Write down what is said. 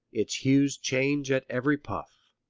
its hues change at every puff.